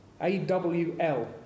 A-W-L